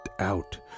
out